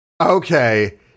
Okay